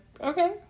okay